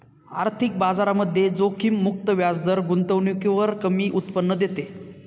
आर्थिक बाजारामध्ये जोखीम मुक्त व्याजदर गुंतवणुकीवर कमी उत्पन्न देते